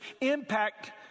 impact